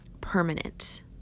permanent